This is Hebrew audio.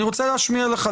אני רוצה להשמיע לך,